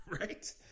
Right